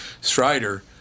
Strider